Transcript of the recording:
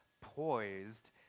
poised